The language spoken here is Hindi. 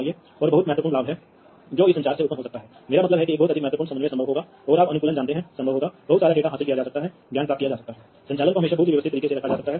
इसलिए यदि आपके पास बिंदु से बिंदु संचार है तो आपको इन सभी तारों को सही से कनेक्ट करने की आवश्यकता है